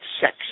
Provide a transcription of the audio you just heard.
sex